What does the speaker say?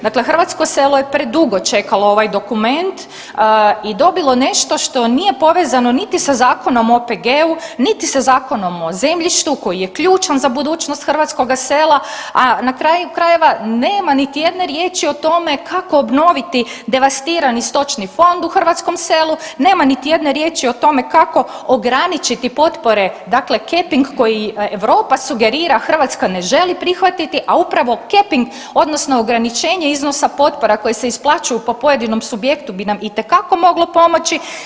Dakle, hrvatsko selo je predugo čekalo ovaj dokument i dobilo nešto što nije povezano niti sa Zakonom o OPG-u, niti sa Zakonom o zemljištu koji je ključan za budućnost hrvatskoga sela, a na kraju krajeva nema niti jedne riječi o tome kako obnoviti devastirani stočni fond u hrvatskom selu, nema niti jedne riječi o tome kako ograničiti potpore dakle … koji Europa sugerira, Hrvatska ne želi prihvatiti, a upravo … odnosno ograničenje iznosa potpora koje se isplaćuju po pojedinom subjektu bi nam itekako moglo pomoći.